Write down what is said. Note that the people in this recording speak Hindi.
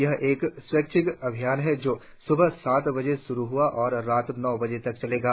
यह एक स्वैच्छिक अभियान है जो स्बह सात बजे से श्रू हआ और रात नौ बजे तक चलेगा